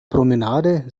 promenade